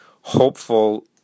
hopeful